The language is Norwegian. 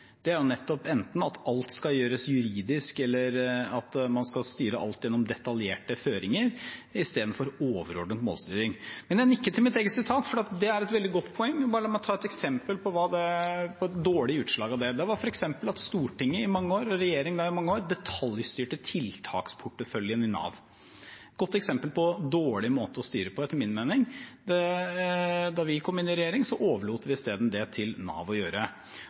nettopp enten at alt skal gjøres juridisk, eller at man skal styre alt gjennom detaljerte føringer, istedenfor overordnet målstyring. Men jeg nikker til mitt eget sitat, for det er et veldig godt poeng. La meg bare ta et eksempel på et dårlig utslag av det, og det er at storting og regjering i mange år detaljstyrte tiltaksporteføljen i Nav. Det er et godt eksempel på en dårlig måte å styre på, etter min mening. Da vi kom inn i regjering, overlot vi isteden det til Nav. Så er jeg også tilhenger av å